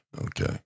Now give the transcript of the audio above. Okay